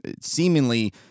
seemingly